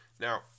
Now